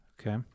Okay